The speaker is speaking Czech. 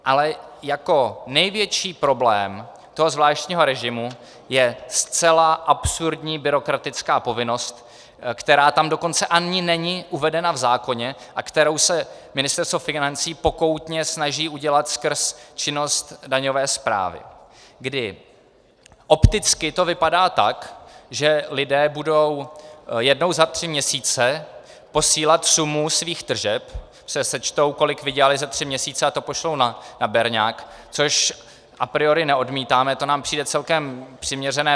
Ale jako největší problém toho zvláštního režimu je zcela absurdní byrokratická povinnost, která tam dokonce ani není uvedena v zákoně a kterou se Ministerstvo financí pokoutně snaží udělat skrze činnost daňové správy, kdy opticky to vypadá tak, že lidé budou jednou za tři měsíce posílat sumu svých tržeb, sečtou, kolik vydělali za tři měsíce, a to pošlou na berňák, což a priori neodmítáme, to nám přijde celkem přiměřené.